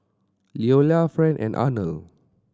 Leola Fran and Arnold